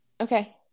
Okay